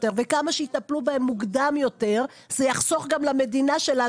ובגן תקשורת לא הייתה קלינאית תקשורת?